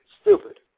stupid